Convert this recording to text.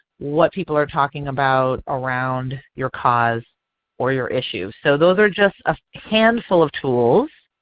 what people are talking about around your cause or your issues. so those are just a handful of tools.